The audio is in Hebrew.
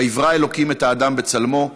ויברא אלוקים את האדם בצלמו,